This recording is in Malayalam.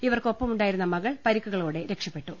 ഇവർക്കൊപ്പ മുണ്ടായിരുന്ന മകൾ പരിക്കുകളോടെ രക്ഷപ്പെട്ടു